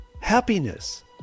Happiness